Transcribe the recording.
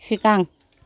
सिगां